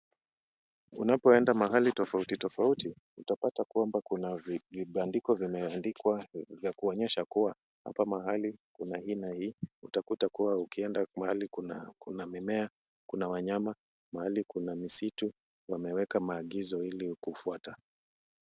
Unapoenda mahali tofauti tofauti, utapata kwamba kuna vibandiko vimeandikwa vya kuonyesha kuwa, hapa mahali kuna hii na hii. Utapata kuwa ukienda mahali ambapo kuna mimea, kuna wanyama, mahali kuna misitu, wameweka maagizo ili kufuata.